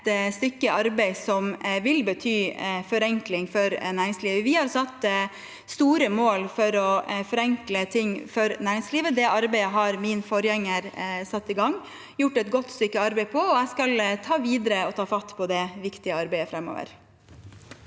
et stykke arbeid som vil bety forenkling for næringslivet. Vi har satt store mål for å forenkle ting for næringslivet. Det arbeidet har min forgjenger satt i gang og gjort et godt stykke arbeid med, og jeg skal ta det videre og ta fatt på det viktige arbeidet framover.